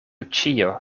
ĉio